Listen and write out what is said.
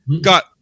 got